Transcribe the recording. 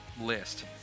list